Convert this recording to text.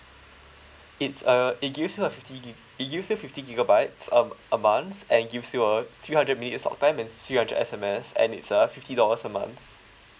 it's a it gives you a fifty gig it gives you fifty gigabytes um a month and give you a three hundred minutes talk time and three hundred S_M_S and it's a fifty dollars a month